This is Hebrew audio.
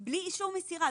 בלי אישור מסירה?